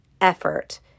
effort